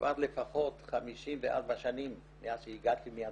כבר לפחות 54 שנים מאז שהגעתי מארגנטינה.